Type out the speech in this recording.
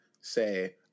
say